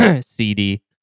cd